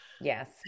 Yes